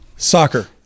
Soccer